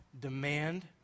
demand